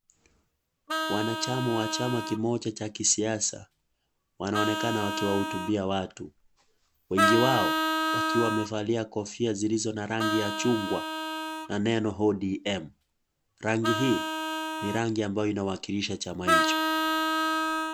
wanachama, wa chama kimoja cha kisihasa wanaonekana wakiwahotubia watu wengi wao wakiwa wamevalia kofia zilizo na rangi ya chungwa na neno ODM rangi hii ni rangi ya ambayo inawakilisha chama hicho